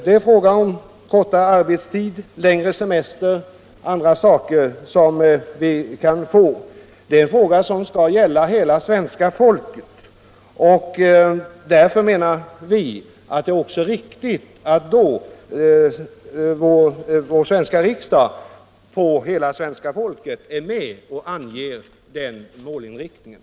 Det är fråga om kortare arbetstid, längre semester och andra saker. Dessa frågor gäller hela svenska folket, och därför menar vi att det är viktigt att riksdagen och hela folket är med och anger målinriktningen.